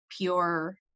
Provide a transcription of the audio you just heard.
pure